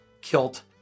kilt